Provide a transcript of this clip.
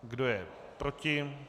Kdo je proti?